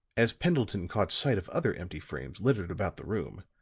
as pendleton caught sight of other empty frames littered about the room,